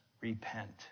repent